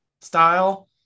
style